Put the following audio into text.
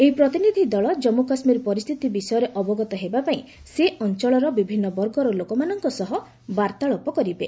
ଏହି ପ୍ରତିନିଧି ଦଳ ଜନ୍ମୁ କାଶ୍ମୀର ପରିସ୍ଥିତି ବିଷୟରେ ଅବଗତ ହେବାପାଇଁ ସେ ଅଞ୍ଚଳର ବିଭିନ୍ନ ବର୍ଗର ଲୋକମାନଙ୍କ ସହ ବାର୍ତ୍ତାଳାପ କରିବେ